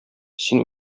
син